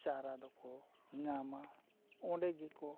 ᱪᱟᱨᱟ ᱫᱚᱠᱚ ᱧᱟᱢᱟ ᱚᱸᱰᱮ ᱜᱮᱠᱚ